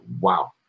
wow